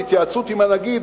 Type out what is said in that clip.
בהתייעצות עם הנגיד,